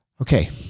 Okay